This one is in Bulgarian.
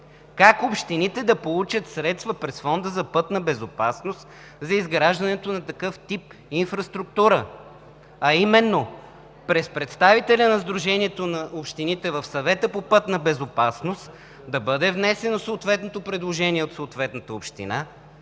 как общините да получат средства през Фонда за пътна безопасност за изграждането на такъв тип инфраструктура, а именно: чрез представителя на Сдружението на общините в Съвета по пътна безопасност да бъде внесено съответното предложение от съответната община